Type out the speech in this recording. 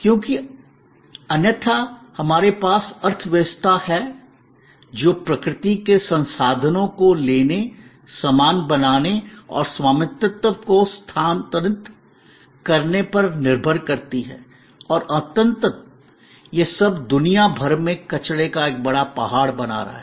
क्योंकि अन्यथा हमारे पास अर्थव्यवस्था है जो प्रकृति से संसाधनों को लेने सामान बनाने और स्वामित्व को स्थानांतरित करने पर निर्भर करती है और अंततः यह सब दुनिया भर में कचरे का एक बड़ा पहाड़ बना रहा है